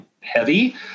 heavy